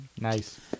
nice